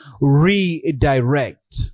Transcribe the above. redirect